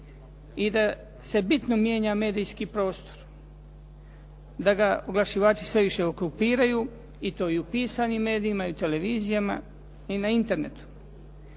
i da se bitno mijenja medijski prostor, da ga oglašivači sve više okupiraju i to i u pisanim medijima i u televizijama i na internetu